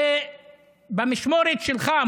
זה במשמרת שלך.